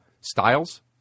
Styles